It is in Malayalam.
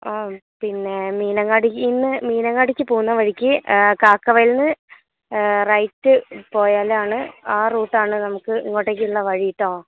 പിന്നേ മീനങ്ങാടിലേക്ക് ഇന്ന് മീനങ്ങാടിലേക്ക് പോകുന്ന വഴിക്ക് കാക്കവയലിൽ നിന്ന് റൈറ്റ് പോയാലാണ് ആ റൂട്ടാണ് നമുക്ക് ഇങ്ങോട്ടേക്കുള്ള വഴി കേട്ടോ